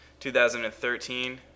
2013